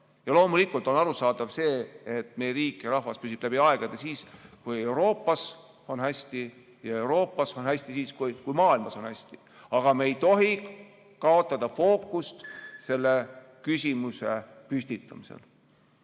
Loomulikult on arusaadav, et meie riik ja rahvas püsivad läbi aegade siis, kui Euroopas on hästi. Ja Euroopas on hästi siis, kui maailmas on hästi. Aga me ei tohi kaotada fookust selle küsimuse püstitamisel.